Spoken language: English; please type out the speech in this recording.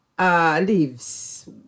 Leaves